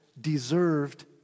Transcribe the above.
deserved